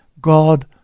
God